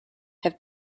have